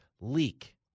leak